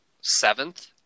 seventh